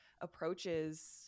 approaches